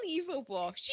unbelievable